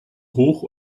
hoch